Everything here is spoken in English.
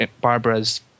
Barbara's